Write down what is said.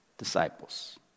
disciples